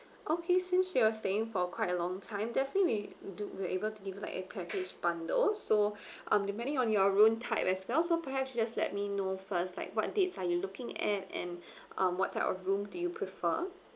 okay since you're staying for quite a long time definitely we we do we're able to give like a package bundles so um depending on your room type as well so perhaps you just let me know first like what dates are you looking at and um what type of room do you prefer